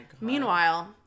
Meanwhile